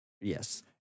Yes